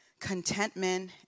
contentment